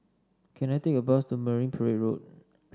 can I take a bus to Marine Parade Road